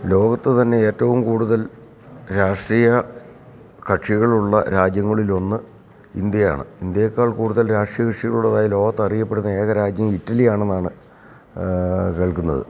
ലോകത്തു തന്നെ ഏറ്റവും കൂടുതൽ രാഷ്ട്രീയ കഷികളുള്ള രാജ്യങ്ങളിലൊന്ന് ഇന്ത്യയാണ് ഇന്ത്യയേക്കാൾ കൂടുതൽ രാഷ്ട്രീയ കഷികളുള്ളതായ ലോകത്ത് അറിയപ്പെടുന്ന ഏക രാജ്യം ഇറ്റലിയാണെന്നാണ് കേൾക്കുന്നത്